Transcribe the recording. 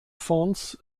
fonds